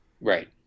right